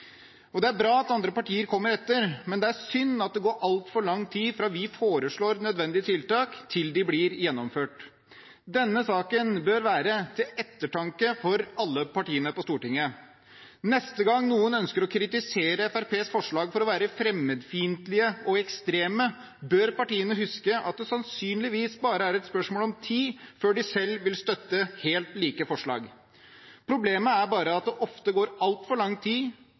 temaene. Det er bra at andre partier kommer etter, men det er synd at det går altfor lang tid fra vi foreslår nødvendige tiltak, til de blir gjennomført. Denne saken bør være til ettertanke for alle partiene på Stortinget. Neste gang noen ønsker å kritisere Fremskrittspartiets forslag for å være fremmedfiendtlige og ekstreme, bør partiene huske at det sannsynligvis bare er et spørsmål om tid før de selv vil støtte helt like forslag. Problemet er bare at det ofte går altfor lang tid